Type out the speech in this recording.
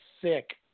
sick